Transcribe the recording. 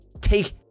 take